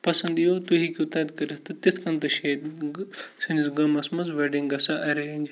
پَسَنٛد یِیو تُہۍ ہیٚکِو تَتہِ کٔرِتھ تہٕ تِتھ کٔنۍ تہِ چھِ ییٚتہِ سٲنِس گامَس منٛز ویٚڈِنٛگ گژھان ایٚرینٛج